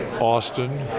Austin